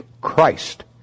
Christ